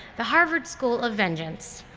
the harvard school of vengeance.